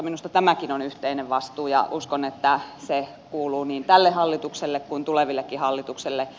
minusta tämäkin on yhteinen vastuu ja uskon että se kuuluu niin tälle hallitukselle kuin tulevillekin hallituksille